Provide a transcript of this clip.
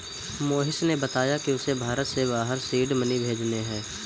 मोहिश ने बताया कि उसे भारत से बाहर सीड मनी भेजने हैं